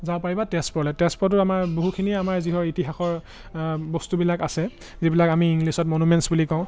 যাব পাৰিবা তেজপুৰলৈ তেজপুৰতো আমাৰ বহুখিনিয়ে আমাৰ যিহৰ ইতিহাসৰ বস্তুবিলাক আছে যিবিলাক আমি ইংলিছত মনোমেণ্টছ বুলি কওঁ